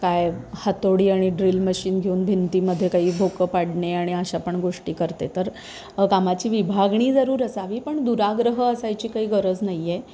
काय हातोडी आणि ड्रिल मशीन घेऊन भिंतीमध्ये काही भोकं पाडणे आणि अशा पण गोष्टी करते तर कामाची विभागणी जरूर असावी पण दुराग्रह असायची काही गरज नाही आहे